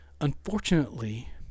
unfortunately